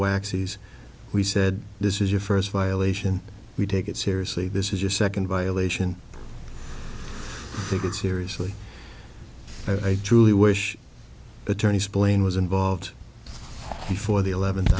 axes we said this is your first violation we take it seriously this is your second violation take it seriously i truly wish attorney's plane was involved before the eleventh